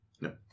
No